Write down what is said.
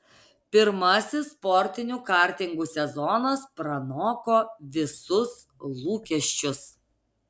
pirmasis sportinių kartingų sezonas pranoko visus lūkesčius